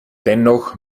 dennoch